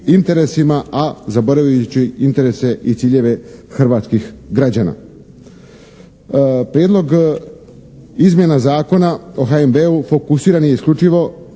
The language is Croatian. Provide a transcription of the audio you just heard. interesima a zaboravljajući interese i ciljeve hrvatskih građana. Prijedlog izmjena Zakona o HNB-u fokusiran je isključivo